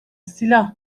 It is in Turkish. silah